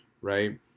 right